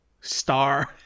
star